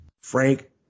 Frank